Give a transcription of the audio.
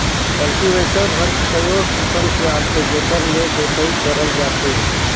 cultivator हर कयो किसम के आथे जेकर ले जोतई करल जाथे